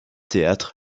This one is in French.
théâtre